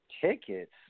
tickets